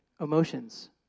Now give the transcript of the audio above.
emotions